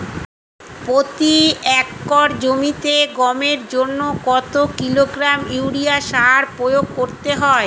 প্রতি একর জমিতে গমের জন্য কত কিলোগ্রাম ইউরিয়া সার প্রয়োগ করতে হয়?